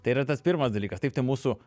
tai yra tas pirmas dalykas taip tai mūsų